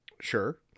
Sure